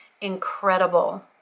incredible